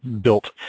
built